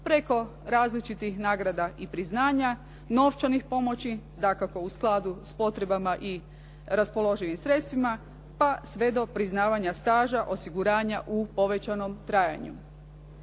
preko različitih nagrada i priznanja, novčanih pomoći dakako u skladu s potrebama i raspoloživim sredstvima pa sve do priznavanja staža osiguranja u povećanom trajanju.